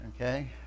Okay